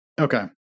Okay